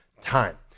time